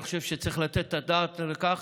אני חושב שצריך לתת את הדעת על כך,